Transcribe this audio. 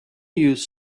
use